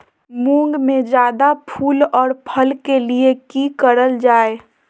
मुंग में जायदा फूल और फल के लिए की करल जाय?